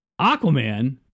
Aquaman